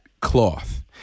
cloth